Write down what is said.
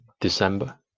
December